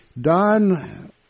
Don